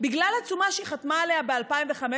בגלל עצומה שהיא חתמה עליה ב-2005,